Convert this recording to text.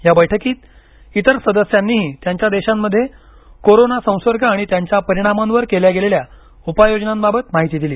या बैठकीत इतर सदस्यांनीही त्यांच्या देशांमध्ये कोरोना संसर्ग आणि त्याच्या परिणामांवर केल्या गेलेल्या उपाय योजनांबाबत माहिती दिली